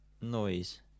noise